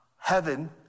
Heaven